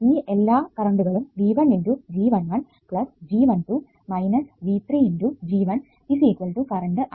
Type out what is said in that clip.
ഈ എല്ലാ കറണ്ടുകളും V1 × G11 G12 V2 × G1 current I1